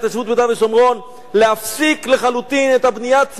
להפסיק לחלוטין את הבנייה צמודת הקרקע.